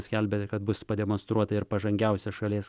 skelbia kad bus pademonstruota ir pažangiausia šalies